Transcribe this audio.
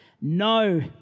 No